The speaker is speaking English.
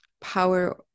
power